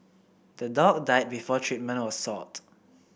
the dog died before treatment was sought